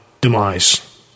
demise